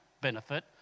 benefit